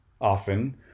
often